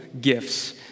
gifts